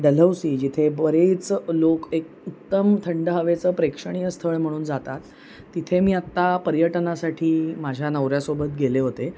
डलवशी जिथे बरेच लोक एक उत्तम थंड हवेचं प्रेक्षणीय स्थळ म्हणून जातात तिथे मी आत्ता पर्यटनासाठी माझ्या नवर्यासोबत गेले होते